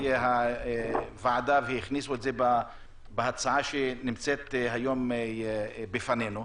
הוועדה והכניסו אותן בהצעה שנמצאת היום בפנינו.